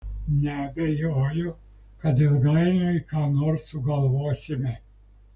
neabejoju kad ilgainiui ką nors sugalvosime